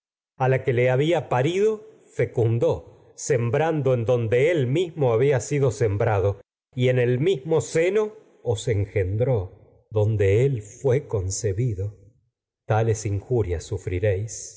a la que le había donde él mismo había sembrado y en el mismo seno os engendró donde y él fué concebido tales inju os